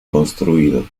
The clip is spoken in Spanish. construido